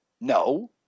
No